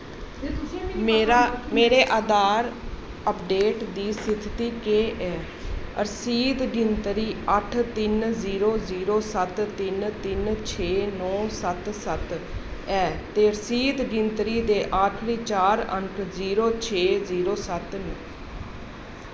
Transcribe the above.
मेरे आधार अपडेट दी स्थिति केह् ऐ रसीद गिनतरी अट्ठ तिन जीरो जीरो सत्त तिन तिन छे नौ सत्त सत्त ऐ ते रसीद गिनतरी दे आखरी चार अंक जीरो छे जीरो सत्त न